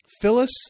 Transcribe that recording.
Phyllis